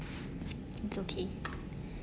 it's okay